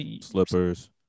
slippers